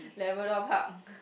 Labrador-Park